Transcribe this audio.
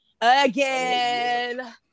again